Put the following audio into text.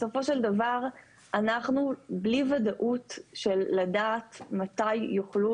בסופו של דבר אנחנו בלי ודאות של לדעת מתי יוכלו